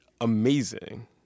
amazing